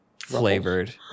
flavored